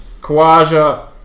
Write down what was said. Kawaja